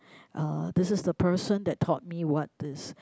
uh this is the person that taught me what this